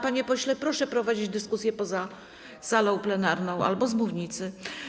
Panie pośle, proszę prowadzić dyskusję poza salą plenarną albo z mównicy.